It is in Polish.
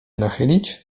nachylić